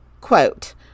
quote